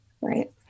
right